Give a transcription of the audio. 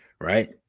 right